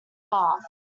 heart